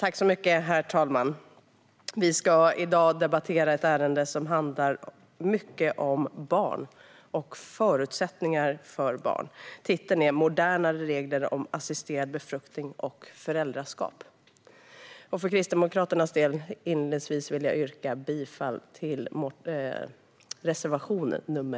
Herr talman! Vi ska i dag debattera ett ärende som handlar mycket om barn och förutsättningar för barn. Titeln är Modernare regler om assisterad befruktning och föräldraskap . Jag vill för Kristdemokraternas del inledningsvis yrka bifall till reservation nr 3.